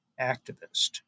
activist